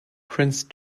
prince